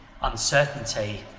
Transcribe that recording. uncertainty